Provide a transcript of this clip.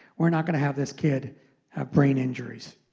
we're not going to have this kid have brain injuries.